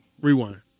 Rewind